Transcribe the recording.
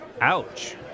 Ouch